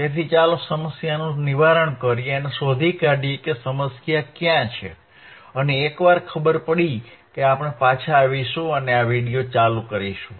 તેથી ચાલો સમસ્યાનું નિવારણ કરીએ અને શોધી કાઢીએ કે સમસ્યા ક્યાં છે અને એકવાર ખબર પડી કે આપણે પાછા આવીશું અને આ વિડીયો ચાલુ રાખીશું